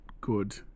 good